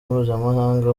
mpuzamahanga